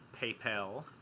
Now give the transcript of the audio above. PayPal